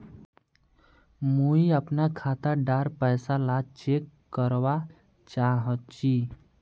मुई अपना खाता डार पैसा ला चेक करवा चाहची?